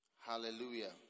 Hallelujah